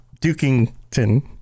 dukington